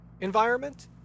environment